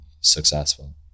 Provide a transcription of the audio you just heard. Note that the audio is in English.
successful